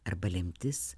arba lemtis